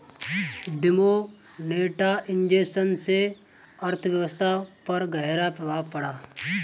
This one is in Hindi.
डिमोनेटाइजेशन से अर्थव्यवस्था पर ग़हरा प्रभाव पड़ा